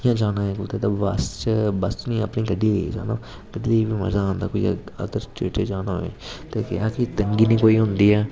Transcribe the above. इ'यां जाना होऐ कुतै ते बस च बस नेईं अपनी गड्डी लेइयै जाना गड्डी लेई बी मजा आंदा कोई अदर स्टेट च जाना होऐ ते एह् हे कि तंगी नेईं कोई होंदी ऐ